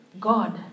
God